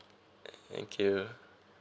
thank you